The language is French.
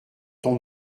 ton